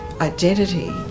identity